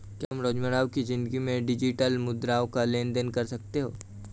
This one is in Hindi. क्या तुम रोजमर्रा की जिंदगी में डिजिटल मुद्राओं का लेन देन कर सकते हो?